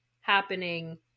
happening